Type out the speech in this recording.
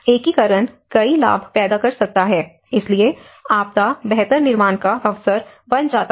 एकीकरण कई लाभ पैदा कर सकता है इसलिए आपदा बेहतर निर्माण का अवसर बन जाता है